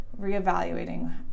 reevaluating